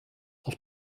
auf